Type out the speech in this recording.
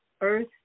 earth